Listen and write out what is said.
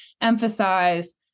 emphasize